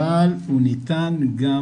אבל הוא ניתן גם